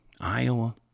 Iowa